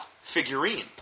figurine